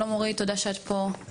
שלום אורית, תודה שאת פה.